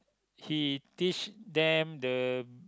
he teach them the